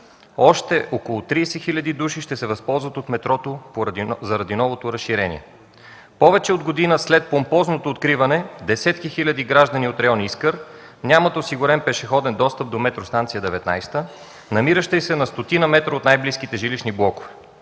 „Още около 30 хил. души ще се възползват от метрото заради новото разширение”. Повече от година след помпозното откриване десетки хиляди граждани от район „Искър” нямат осигурен пешеходен достъп до Метростанция 19, намираща се на стотина метра от най-близките жилищни блокове.